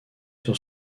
sur